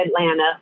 Atlanta